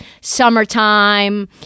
summertime